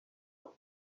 home